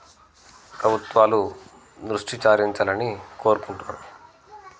ప్రభుత్వాలు దృష్టి చారించాలని కోరుకుంటున్నా